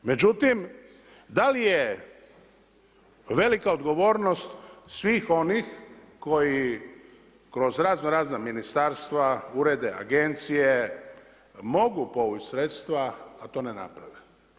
Međutim, da li je velika odgovornost svih onih koji kroz razno-razna ministarstva, urede, agencije mogu povući sredstva, a to ne naprave?